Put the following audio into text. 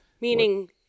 meaning—